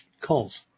Calls